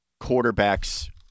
quarterbacks